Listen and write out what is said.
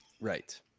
Right